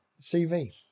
CV